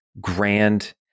grand